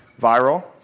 viral